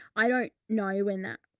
i don't know when that,